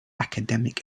academic